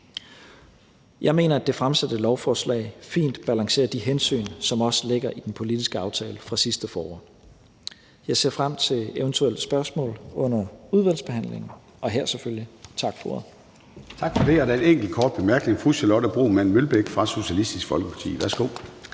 Jeg mener, at det fremsatte lovforslag fint balancerer de hensyn, som også ligger i den politiske aftale fra sidste forår. Jeg ser frem til eventuelle spørgsmål under udvalgsbehandlingen og selvfølgelig også her. Tak for ordet. Kl. 14:01 Formanden (Søren Gade): Tak for det. Der er en enkelt kort bemærkning fra fru Charlotte Broman Mølbæk fra Socialistisk Folkeparti. Værsgo.